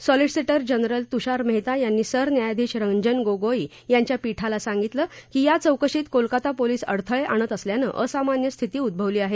solicitor general Tushar Mehta यांनी सरन्यायाधीश रंजन गोगोई यांच्या पीठाला सांगितलं की या चौकशीत कोलकाता पोलीस अडथळे आणत असल्यानं असामान्य स्थिती उद्भवली आहे